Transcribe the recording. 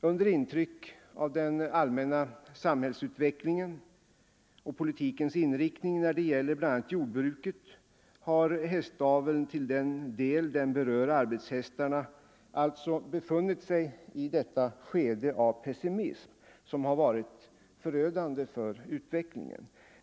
Under intryck av den allmänna samhällsutvecklingen och politikens inriktning när det gäller bl.a. jordbruket, har hästaveln till den del den berör arbetshästarna befunnit sig i detta skede av pessimism, som varit förödande för utvecklingen.